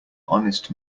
honest